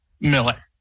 Miller